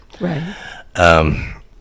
Right